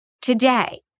today